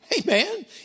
Amen